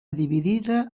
dividida